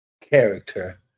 character